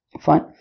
fine